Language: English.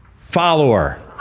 Follower